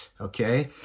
okay